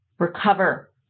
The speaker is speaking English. recover